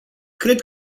cred